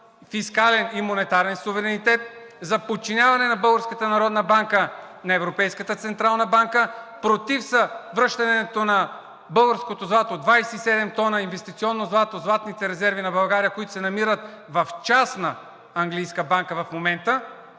фискален и монетарен суверенитет, за подчиняване на Българската народна банка на Европейската централна банка; против са връщането на българското злато – 27 тона инвестиционно злато, златните резерви на България, които се намират в частна английска банка в момента.